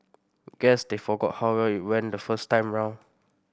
guess they forgot how well it went the first time round